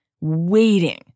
waiting